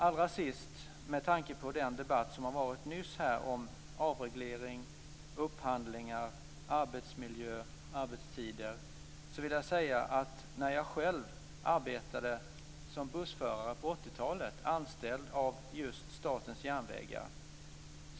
Allra sist vill jag, med tanke på den debatt som hölls nyss om avreglering, upphandlingar, arbetsmiljö och arbetstider, berätta om när jag själv arbetade som bussförare på 80-talet, anställd av just Statens järnvägar.